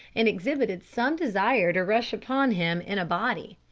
and exhibited some desire to rush upon him in a body,